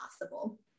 possible